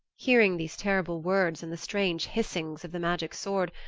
hearing these terrible words and the strange hissings of the magic sword,